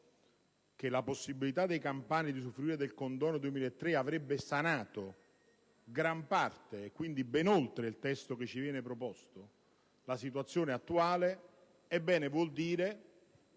che la possibilità dei campani di usufruire del condono 2003 avrebbe sanato gran parte (e quindi ben oltre il testo che ci viene proposto) la situazione attuale, allora vuol dire